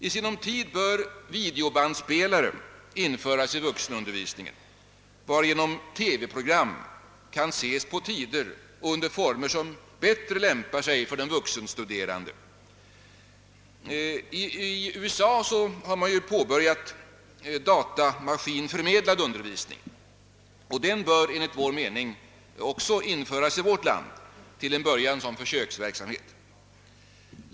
I sinom tid bör videobandspelare införas i vuxenundervisningen, varigenom TV program kan ses på tider och under former som bättre lämpar sig för den vuxenstuderande. I USA har man påbörjat datamaskinförmedlad undervisning, och den bör enligt vår mening införas också i vårt land, till en början som försöksverksamhet.